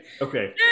Okay